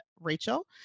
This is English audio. Rachel